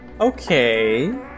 Okay